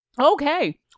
okay